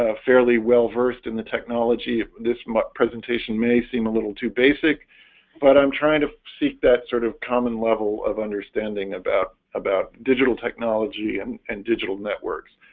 ah fairly well-versed in the technology this but presentation may seem a little too basic but i'm trying to seek that sort of common level of understanding about about digital technology and and digital networks